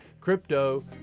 Crypto